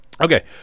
okay